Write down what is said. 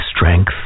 strength